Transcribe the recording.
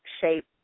shape